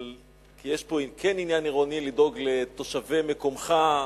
כי כן יש פה עניין עירוני לדאוג לתושבי מקומך,